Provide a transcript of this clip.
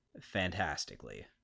fantastically